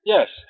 Yes